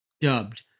dubbed